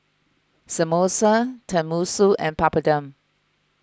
Samosa Tenmusu and Papadum